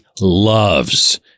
loves